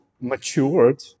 matured